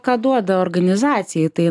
ką duoda organizacijai tai